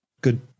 Good